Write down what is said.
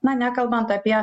na nekalbant apie